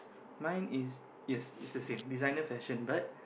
mine is yes it's the same designer fashion but